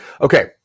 Okay